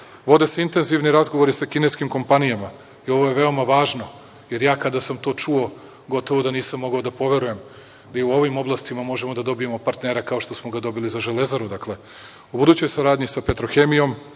se intenzivni razgovori sa kineskim kompanijama, i ovo je veoma važno jer kada sam to čuo gotovo da nisam mogao da poverujem, i u ovim oblastima možemo da dobijemo partnera kao što smo ga dobili za „Železaru“,